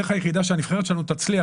הדרך היחידה שהנבחרת שלנו תצליח,